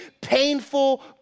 painful